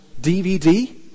DVD